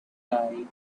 guy